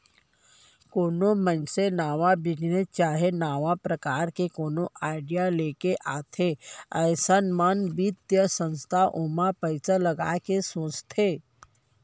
कोनो मनसे नवा बिजनेस चाहे नवा परकार के कोनो आडिया लेके आथे अइसन म बित्तीय संस्था ओमा पइसा लगाय के सोचथे